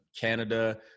Canada